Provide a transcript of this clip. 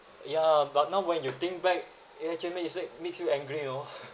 ya but now when you think back it actually it still makes you angry you know